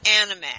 anime